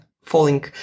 falling